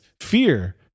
fear